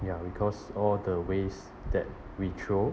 ya because all the waste that we throw